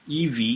EV